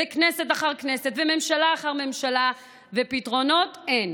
כנסת אחר כנסת וממשלה אחר ממשלה, ופתרונות אין,